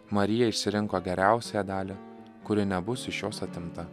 marija išsirinko geriausiąją dalį kuri nebus iš jos atimta